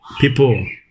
people